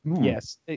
Yes